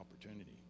opportunity